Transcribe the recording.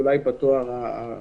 בתואר השני.